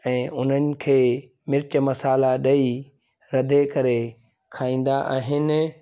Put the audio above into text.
ऐं उन्हनि खे मिर्च मसाला ॾेई रधे करे खाईंदा आहिनि